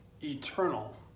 eternal